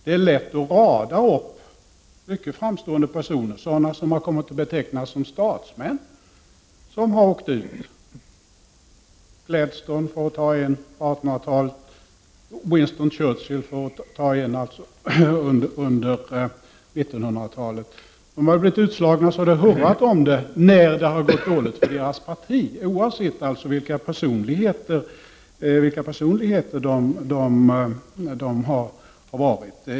Det är lätt att rada upp mycket framstående personer, som har kommit att betecknas som statsmän, som har åkt ut, t.ex. Gladstone på 1800 talet och Churchill på 1900-talet. De har blivit ordentligt utslagna när det har gått dåligt för deras partier, oavsett vilka personligheter de har varit.